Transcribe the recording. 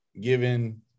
given